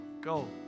go